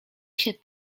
się